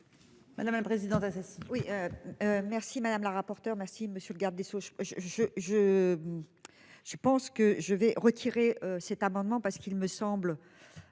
Madame président. Oui. Merci madame la rapporteure. Merci monsieur le garde des Sceaux je je je je. Je pense que je vais retirer cet amendement parce qu'il me semble.